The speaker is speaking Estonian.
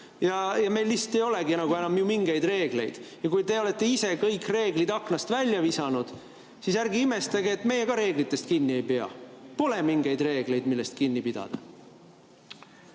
Meil lihtsalt ei olegi enam mingeid reegleid. Kui te olete ise kõik reeglid aknast välja visanud, siis ärge imestage, et meie ka reeglitest kinni ei pea. Pole mingeid reegleid, millest kinni pidada.